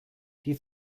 die